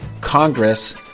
Congress